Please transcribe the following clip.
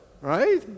right